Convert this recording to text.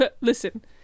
listen